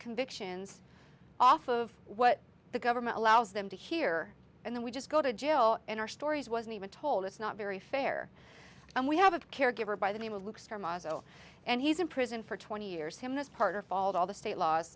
convictions off of what the government allows them to hear and then we just go to jail and our stories wasn't even told it's not very fair and we have a caregiver by the name of luke starr mazel and he's in prison for twenty years him this part her fault all the state laws